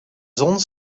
zon